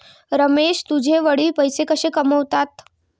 रमेश तुझे वडील पैसे कसे कमावतात?